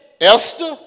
Esther